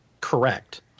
Correct